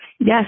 Yes